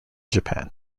japan